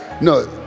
No